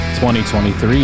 2023